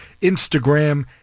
Instagram